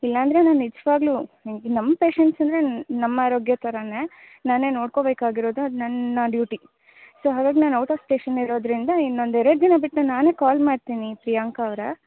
ಇಲ್ಲಾಂದರೆ ನಾನು ನಿಜವಾಗ್ಲೂ ಹ್ಞೂ ನಮ್ಮ ಪೇಶಂಟ್ಸ್ ಅಂದರೆ ನಮ್ಮ ಆರೋಗ್ಯ ಥರನೇ ನಾನೇ ನೋಡ್ಕೋಬೇಕಾಗಿರೋದು ಅದು ನನ್ನ ಡ್ಯೂಟಿ ಸೊ ಹಾಗಾಗಿ ನಾನು ಔಟ್ ಆಫ್ ಸ್ಟೇಷನ್ ಇರೋದರಿಂದ ಇನ್ನೊಂದು ಎರಡು ದಿನ ಬಿಟ್ಟು ನಾನೇ ಕಾಲ್ ಮಾಡ್ತೀನಿ ಪ್ರಿಯಾಂಕ ಅವರೆ